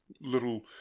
Little